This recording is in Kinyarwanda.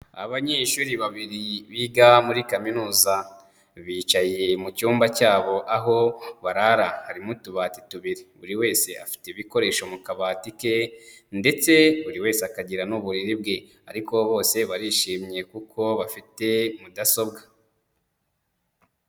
Abanyeshuri babiri biga muri kaminuza, bicaye mu cyumba cyabo aho barara, harimo utubati tubiri, buri wese afite ibikoresho mu kabati ke ndetse buri wese akagira n'uburiri bwe, ariko bose barishimye kuko bafite mudasobwa.